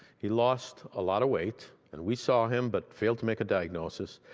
he lost a lot of weight and we saw him but failed to make a diagnosis.